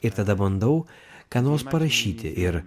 ir tada bandau ką nors parašyti ir